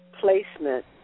placement